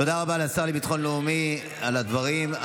תודה רבה לשר לביטחון לאומי על הדברים.